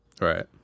Right